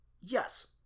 Yes